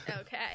Okay